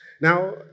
Now